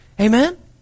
Amen